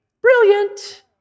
Brilliant